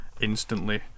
instantly